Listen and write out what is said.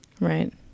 Right